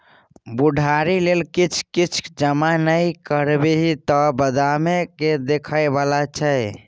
बुढ़ारी लेल किछ किछ जमा नहि करबिही तँ बादमे के देखय बला छौ?